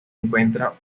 encuentra